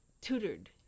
tutored